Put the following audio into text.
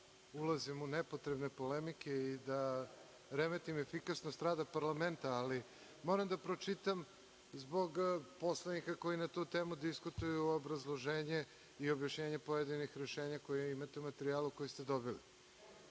ulazim u nepotrebne polemike i da remetim efikasnost rada parlamenta, ali moram da pročitam, zbog poslanika koji na tu temu diskutuju, obrazloženje i objašnjenje pojedinih rešenja koja imate u materijalu koji ste dobili: